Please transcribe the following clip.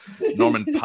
Norman